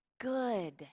good